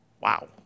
Wow